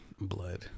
blood